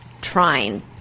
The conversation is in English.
trying